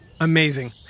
Amazing